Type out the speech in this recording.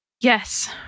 Yes